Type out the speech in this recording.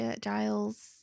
Giles